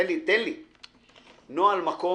נוהל מקום,